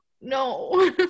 no